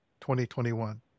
2021